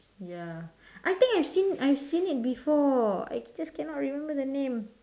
ya I think I seen I seen it before I just cannot remember the name